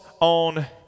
on